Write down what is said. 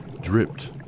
dripped